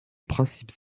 principes